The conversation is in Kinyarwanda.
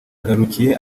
ngarukiye